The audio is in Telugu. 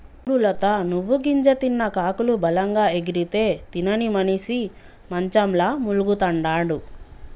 సూడు లత నువ్వు గింజ తిన్న కాకులు బలంగా ఎగిరితే తినని మనిసి మంచంల మూల్గతండాడు